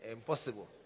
impossible